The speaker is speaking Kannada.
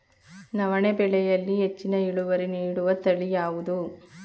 ನವಣೆ ಬೆಳೆಯಲ್ಲಿ ಹೆಚ್ಚಿನ ಇಳುವರಿ ನೀಡುವ ತಳಿ ಯಾವುದು?